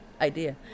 idea